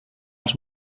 els